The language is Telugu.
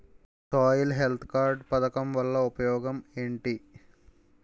సాయిల్ హెల్త్ కార్డ్ పథకం వల్ల ఉపయోగం ఏంటి?